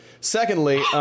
Secondly